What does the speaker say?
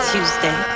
Tuesday